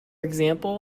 example